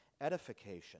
edification